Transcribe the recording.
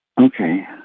Okay